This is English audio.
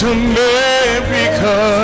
America